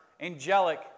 angelic